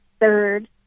third